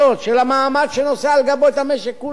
של המעמד שנושא על גבו את המשק כולו.